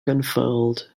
unfurled